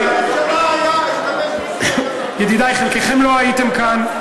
ידידי, חלקכם לא הייתם כאן.